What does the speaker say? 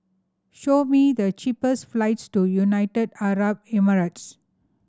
show me the cheapest flights to United Arab Emirates